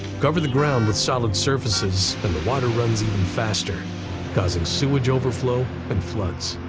cover the ground with solid surfaces and the water runs and and faster causing sewage overflow and floods.